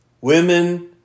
women